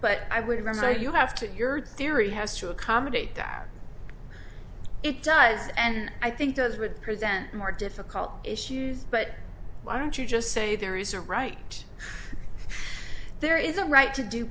but i would remember you have to your theory has to accommodate that it does and i think those would present more difficult issues but why don't you just say there is a right there is a right to d